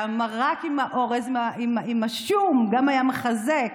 והמרק עם האורז, עם השום, גם היה מחזק.